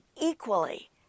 equally